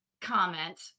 comment